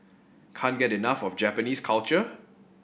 can't get enough of Japanese culture